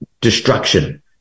destruction